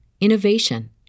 innovation